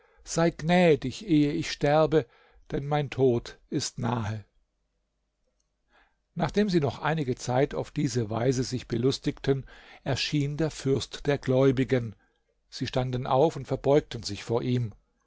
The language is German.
sei gnädig ehe ich sterbe denn mein tod ist nahe nachdem sie noch einige zeit auf diese weise sich belustigten erschien der fürst der gläubigen sie standen auf und verbeugten sich vor ihm